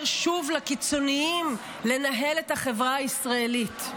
שוב לקיצוניים לנהל את החברה הישראלית.